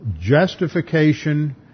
justification